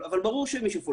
אבל ברור שהם ישאפו למינימום.